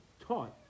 taught